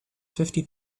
fifty